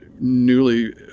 newly